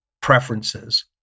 preferences